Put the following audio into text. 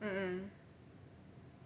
mm mm